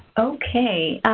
okay.